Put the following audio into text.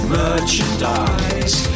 merchandise